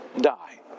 die